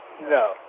No